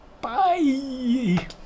Bye